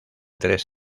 tres